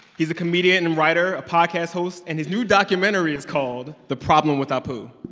he's a comedian and writer, a podcast host. and his new documentary is called the problem with apu.